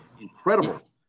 incredible